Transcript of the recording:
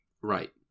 right